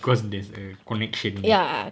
because there's a connection